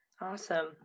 awesome